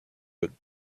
but